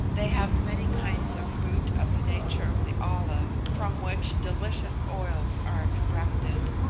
they have many kinds of fruit of the nature of the olive, from which delicious oils are extracted.